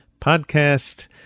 podcast